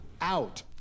out